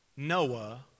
Noah